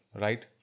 right